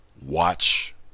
watch